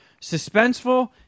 suspenseful